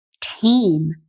tame